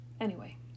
Anyway